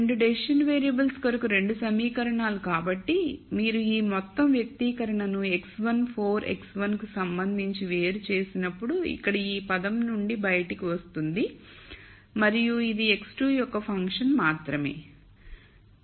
2 decision variables కొరకు 2 సమీకరణాలు కాబట్టి మీరు ఈ మొత్తం వ్యక్తీకరణను x1 4 x1 కు సంబంధించి వేరు చేసినప్పుడు ఇక్కడ ఈ పదం నుండి బయటకు వస్తుంది మరియు ఇదిx2 యొక్క ఫంక్షన్ మాత్రమే